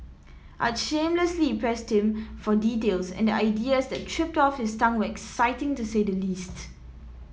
I shamelessly pressed him for details and the ideas that tripped off his tongue exciting to say the least